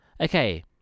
Okay